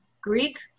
Greek